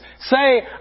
say